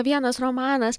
vienas romanas